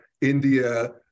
India